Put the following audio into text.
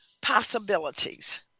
possibilities